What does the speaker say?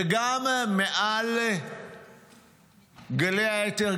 וגם מעל גלי האתר,